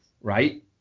Right